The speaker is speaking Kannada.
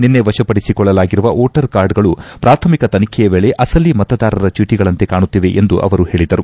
ನಿನ್ನೆ ವಶಪಡಿಸಿಕೊಳ್ಳಲಾಗಿರುವ ವೋಟರ್ ಕಾರ್ಡ್ಗಳು ಪ್ರಾಥಮಿಕ ತನಿಖೆಯ ವೇಳೆ ಅಸಲಿ ಮತದಾರರ ಚೀಟಗಳಂತೆ ಕಾಣುತ್ತಿವೆ ಎಂದು ಅವರು ಹೇಳಿದರು